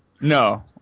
No